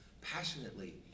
passionately